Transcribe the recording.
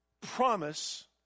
promise